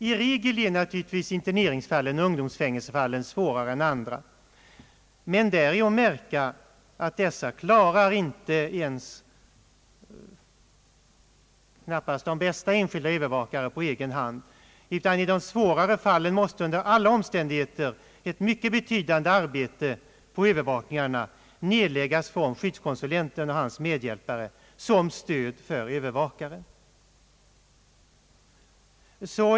Vanligen är naturligtvis interneringsfallen och ungdomsfängelsefallen svårare än andra, men här är att märka att sådana fall klarar knappast ens de bästa övervakarna på egen hand, utan i flertalet av dessa fall måste under alla omständigheter ett mycket betydande arbete nedläggas på övervakningen av skyddskonsulenten och hans medhjälpare som stöd för övervakaren.